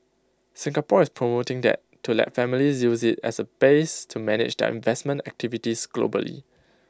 Singapore is promoting that to let families use IT as A base to manage their investment activities globally